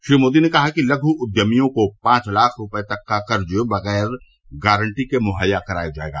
श्री मोदी ने कहा कि लघु उद्यमियों को पांच लाख रूपये तक का कर्ज बग़ैर गारन्दी के मुहैया कराया जायेगा